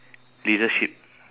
leadership